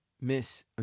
miss